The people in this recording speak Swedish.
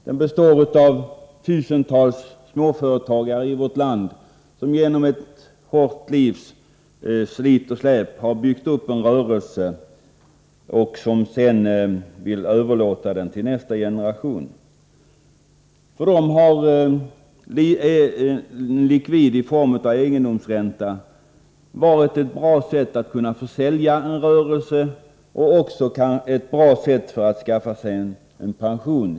Den består av tusentals småföretagare i vårt land som genom ett hårt livs slit och släp har byggt upp en rörelse, som de sedan vill överlåta till nästa generation. För dem har likvid i form av egendomslivränta varit ett bra sätt att kunna försälja sin rörelse och också ett bra sätt att skaffa sig en pension.